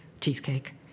Cheesecake